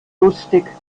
lustig